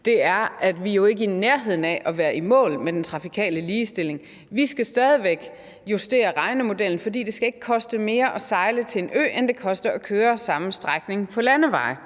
er jo, at vi ikke er i nærheden af at være i mål med den trafikale ligestilling. Vi skal stadig væk justere regnemodellen, for det skal ikke koste mere at sejle til en ø, end det koster at køre samme strækning på landeveje,